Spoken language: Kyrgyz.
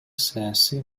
саясий